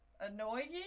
annoying-